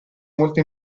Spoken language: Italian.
molto